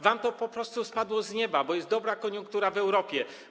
Wam to po prostu spadło z nieba, bo jest dobra koniunktura w Europie.